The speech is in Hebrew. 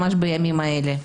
ממש בימים אלה.